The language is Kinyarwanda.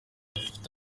ufite